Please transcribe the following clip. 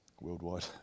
worldwide